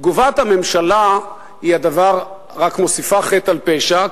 תגובת הממשלה רק מוסיפה חטא על פשע,